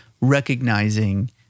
recognizing